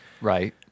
Right